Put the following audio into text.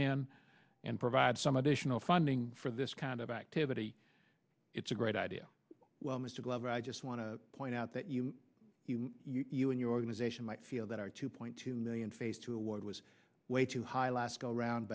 fan and provide some additional funding for this kind of activity it's a great idea well mr glover i just want to point out that you and your organization might feel that our two point two million face to award was way too high last go round